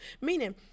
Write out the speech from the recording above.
meaning